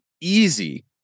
easy